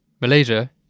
malaysia